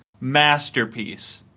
masterpiece